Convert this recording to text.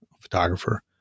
photographer